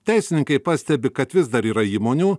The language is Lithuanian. teisininkai pastebi kad vis dar yra įmonių